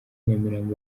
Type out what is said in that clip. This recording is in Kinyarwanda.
nyamirambo